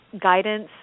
guidance